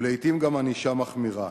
ולעתים גם ענישה מחמירה,